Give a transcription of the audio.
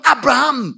Abraham